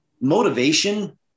motivation